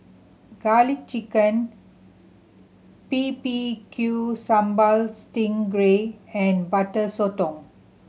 Garlic Chicken B B Q Sambal sting gray and Butter Sotong